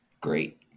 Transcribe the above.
Great